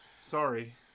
sorry